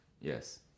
Yes